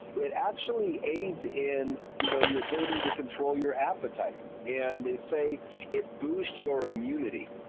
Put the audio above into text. it actually aids in you know your ability to control your appetite. and they say it boosts your immunity.